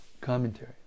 Commentary